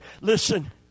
Listen